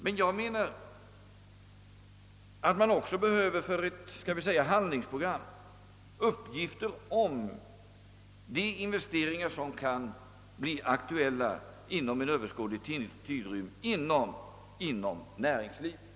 Men jag menar att man för ett, låt oss säga, handlingsprogram också behöver uppgifter om de investeringar som kan bli aktuella för utvecklingen av näringslivet inom en överskådlig tidrymd.